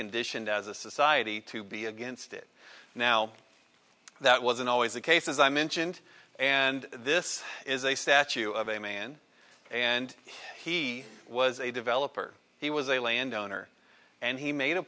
conditioned as a society to be against it now that wasn't always the case as i mentioned and this is a statue of a man and he was a developer he was a landowner and he made a